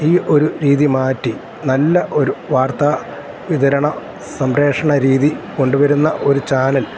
ഈ ഒരു രീതി മാറ്റി നല്ല ഒരു വാർത്താ വിതരണ സംപ്രേഷണ രീതി കൊണ്ടു വരുന്ന ഒരു ചാനൽ